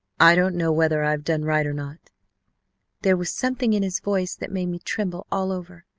i don't know whether i've done right or not there was something in his voice that made me tremble all over,